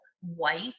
white